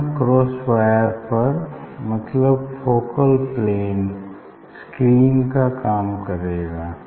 यहाँ cross wire पर मतलब फोकल प्लेन स्क्रीन का काम करेगा